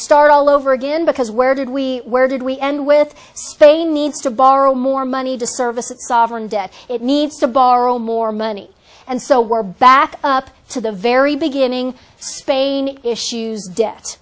start all over again because where did we where did we end with they need to borrow more money to service a sovereign debt it needs to borrow more money and so we're back up to the very beginning spain issues debt